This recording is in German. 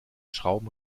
schrauben